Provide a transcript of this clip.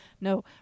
no